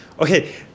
Okay